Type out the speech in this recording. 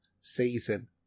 season